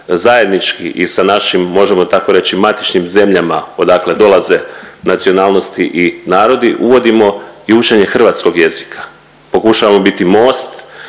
zajednički i sa našim možemo tako reći matičnim zemljama odakle dolaze nacionalnosti i narodi, uvodimo i učenje hrvatskog jezika, pokušavamo biti most